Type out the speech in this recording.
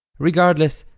regardless,